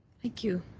thank you.